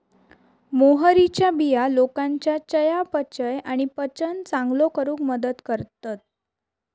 मोहरीच्या बिया लोकांच्या चयापचय आणि पचन चांगलो करूक मदत करतत